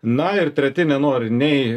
na ir treti nenori nei